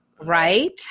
Right